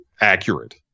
accurate